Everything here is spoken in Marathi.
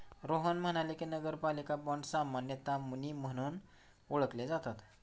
रोहन म्हणाले की, नगरपालिका बाँड सामान्यतः मुनी म्हणून ओळखले जातात